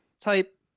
type